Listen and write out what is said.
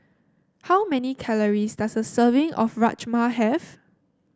how many calories does a serving of Rajma have